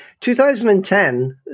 2010